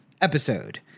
episode